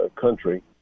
country